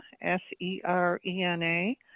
S-E-R-E-N-A